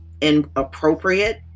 inappropriate